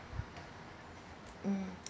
mm